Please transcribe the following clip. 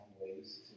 ways